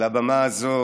על הבמה הזו,